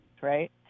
right